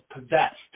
possessed